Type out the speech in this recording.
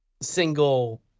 single